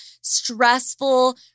stressful